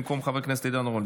במקום חבר הכנסת עידן רול.